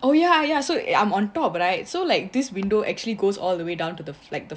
oh ya ya so I'm on top right so like this window actually goes all the way down to the flat the